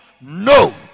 no